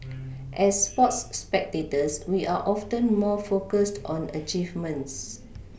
as sports spectators we are often more focused on achievements